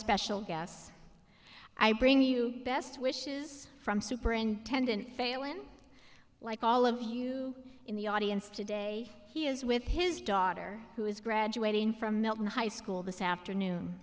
special guests i bring you best wishes from superintendent failon like all of you in the audience today he is with his daughter who is graduating from milton high school this afternoon